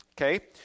Okay